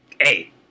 Hey